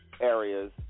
areas